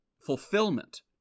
fulfillment